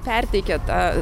perteikia tą